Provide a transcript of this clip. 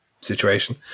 situation